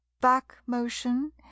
back-motion